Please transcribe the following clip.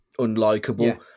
unlikable